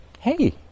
Hey